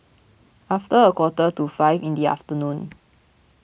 after a quarter to five in the afternoon